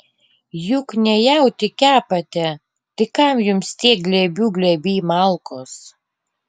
juk ne jautį kepate tai kam jums tie glėbių glėbiai malkos